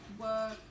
work